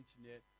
internet